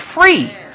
free